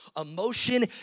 Emotion